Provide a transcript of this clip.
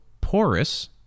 porous